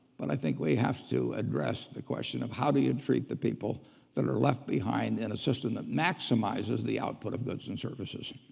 but i think we have to address the question of how do you treat the people that are left behind in and a system that maximizes the output of goods and services.